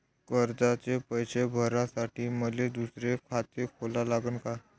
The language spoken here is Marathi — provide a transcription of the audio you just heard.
कर्जाचे पैसे भरासाठी मले दुसरे खाते खोला लागन का?